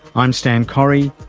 i'm stan correy.